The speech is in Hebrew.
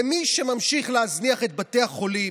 ומי שממשיך להזניח את בתי החולים,